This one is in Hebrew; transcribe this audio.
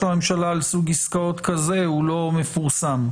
הממשלה על סוג עסקאות כזה הוא לא מפורסם.